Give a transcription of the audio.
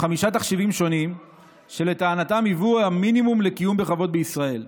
חמישה תחשיבים שונים שלטענתם היוו המינימום לקיום בכבוד בישראל,